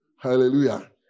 Hallelujah